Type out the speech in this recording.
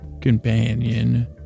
companion